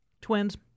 Twins